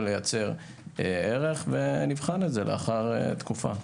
לייצר ערך ונבחן את זה לאחר תקופה.